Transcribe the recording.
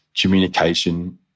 communication